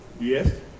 Yes